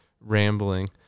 rambling